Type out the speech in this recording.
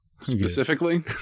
specifically